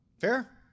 fair